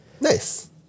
nice